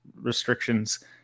restrictions